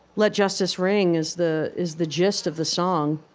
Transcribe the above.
let justice ring is the is the gist of the song.